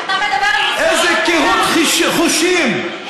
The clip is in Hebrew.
איזו קהות חושים,